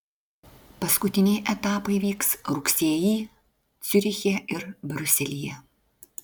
paskutiniai etapai vyks rugsėjį ciuriche ir briuselyje